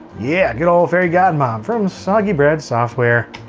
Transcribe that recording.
yeah, good old fairy godmom from soggy bread software.